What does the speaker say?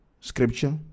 Scripture